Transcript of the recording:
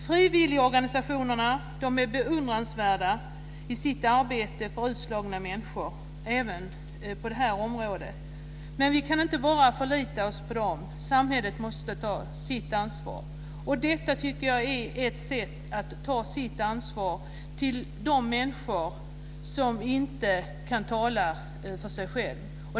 Frivilligorganisationerna är beundransvärda i sitt arbete för utslagna människor, även på det här området. Men vi kan inte bara förlita oss på dem, utan samhället måste också ta sitt ansvar. Detta tycker jag är ett sätt att ta sitt ansvar när det gäller de människor som inte kan tala för sig själva.